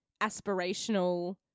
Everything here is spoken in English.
aspirational